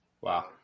Wow